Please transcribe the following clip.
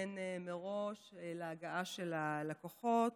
להתכונן מראש להגעה של הלקוחות,